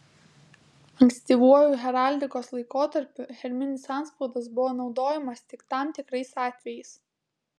ankstyvuoju heraldikos laikotarpiu herbinis antspaudas buvo naudojimas tik tam tikrais atvejais